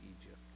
Egypt